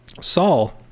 Saul